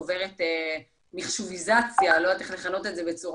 עוברת מחשוביזציה אני לא יודעת איך לכנות את זה בצורה